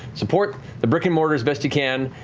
support the brick and mortars best you can,